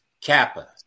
Kappa